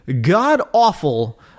god-awful